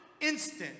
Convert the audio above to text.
instant